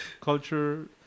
culture